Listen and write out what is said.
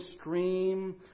stream